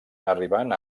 arribant